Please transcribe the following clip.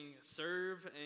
serve